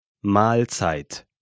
Mahlzeit